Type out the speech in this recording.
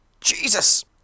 Jesus